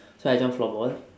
so I joined floorball